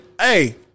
Hey